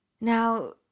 Now